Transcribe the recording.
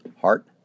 heart